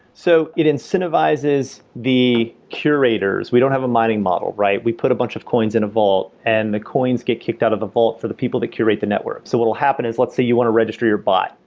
so it incentivizes the curators. we don't have a mining model, right we put a bunch of coins in a vault, and the coins get kicked out of the vault for the people that curate the network. so what will happen is let's say you want to register your bot,